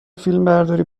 فیلمبرداری